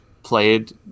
played